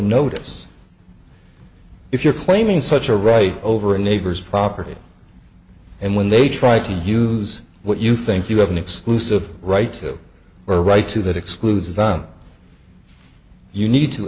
notice if you're claiming such a right over a neighbor's property and when they try to use what you think you have an exclusive right or right to that excludes than you need to